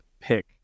pick